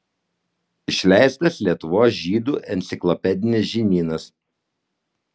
išleistas lietuvos žydų enciklopedinis žinynas